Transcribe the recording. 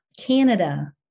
Canada